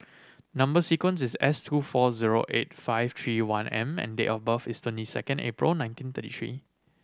number sequence is S two four zero eight five three one M and date of birth is twenty second April nineteen thirty three